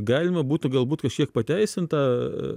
galima būtų galbūt kažkiek pateisint tą